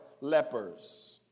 lepers